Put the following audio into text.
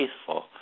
faithful